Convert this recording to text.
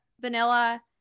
vanilla